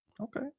Okay